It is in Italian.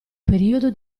periodo